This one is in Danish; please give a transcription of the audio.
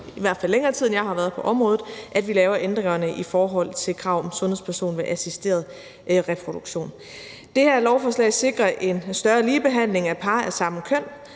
i hvert fald længere tid, end jeg har været på området, at vi laver ændringerne i forhold til krav om sundhedsperson ved assisteret reproduktion. Det her lovforslag sikrer en større ligebehandling af par af samme køn,